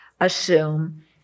assume